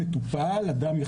אדם,